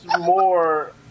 more